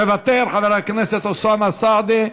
מוותר, חבר הכנסת אוסאמה סעדי,